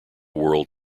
world